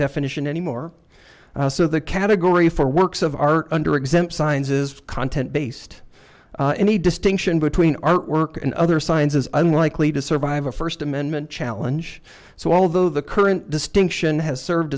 definition anymore so the category for works of art under exempt signs is content based in the distinction between artwork and other signs is unlikely to survive a first amendment challenge so although the current distinction has served